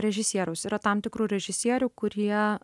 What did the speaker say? režisieriaus yra tam tikrų režisierių kurie